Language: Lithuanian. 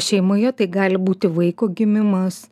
šeimoje tai gali būti vaiko gimimas